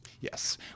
Yes